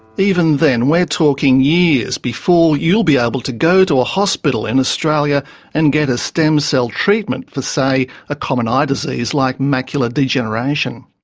even then, we're talking years before you'll be able to go to a hospital in australia and get a stem cell treatment for, say, a common eye disease like macular degeneration.